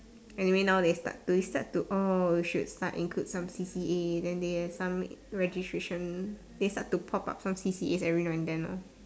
anyway now they start they start to oh we should start include some C_C_A then they have some registration they start to pop up some C_C_A every now and then lor